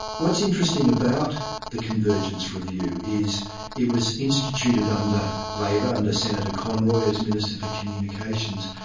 what's interesting about the convergence review is it was instituted under labor, under senator conroy as minister for communications,